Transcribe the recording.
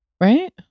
right